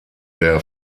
der